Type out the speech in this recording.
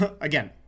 Again